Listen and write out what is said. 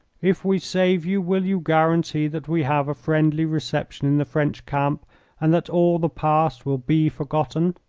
if we save you, will you guarantee that we have a friendly reception in the french camp and that all the past will be forgotten?